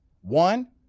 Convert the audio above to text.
One